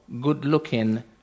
good-looking